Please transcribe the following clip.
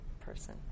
person